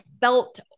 felt